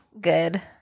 Good